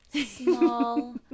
small